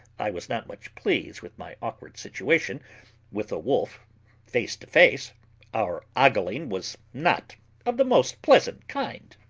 i was not much pleased with my awkward situation with a wolf face to face our ogling was not of the most pleasant kind.